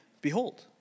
behold